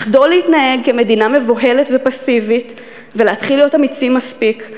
לחדול להתנהג כמדינה מבוהלת ופסיבית ולהתחיל להיות אמיצים מספיק,